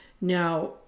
Now